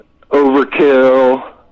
Overkill